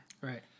Right